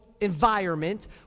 environment